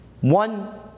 One